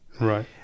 Right